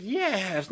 yes